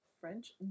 French